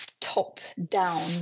top-down